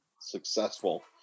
successful